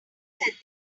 that